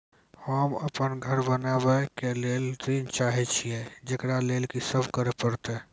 होम अपन घर बनाबै के लेल ऋण चाहे छिये, जेकरा लेल कि सब करें परतै?